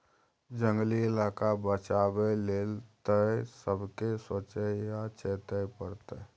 जंगली इलाका बचाबै लेल तए सबके सोचइ आ चेतै परतै